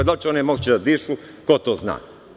Da li će one moći da dišu, ko to zna.